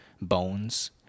Bones